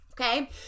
okay